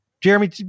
Jeremy